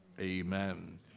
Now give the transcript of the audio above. Amen